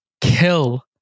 kill